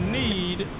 need